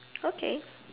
okay